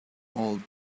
old